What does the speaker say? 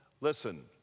listen